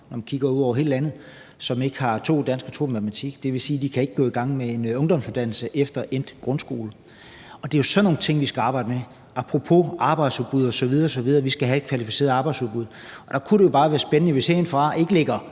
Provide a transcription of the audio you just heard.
når man kigger ud over hele landet – som ikke har 02 i dansk og 02 i matematik. Det vil sige, at de ikke kan gå i gang med en ungdomsuddannelse efter endt grundskole. Det er jo sådan nogle ting, vi skal arbejde med – apropos arbejdsudbud osv. osv. Vi skal have et kvalificeret arbejdsudbud, og der kunne det jo bare være spændende, hvis vi herindefra